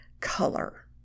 color